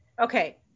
Okay